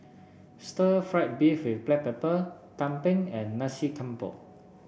Stir Fried Beef with Black Pepper Tumpeng and Nasi Campur